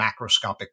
macroscopic